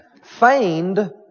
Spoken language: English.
Feigned